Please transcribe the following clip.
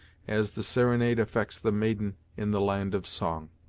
as the serenade affects the maiden in the land of song.